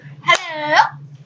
Hello